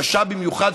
קשה במיוחד,